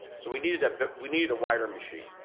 so we needed but we needed a wider machine,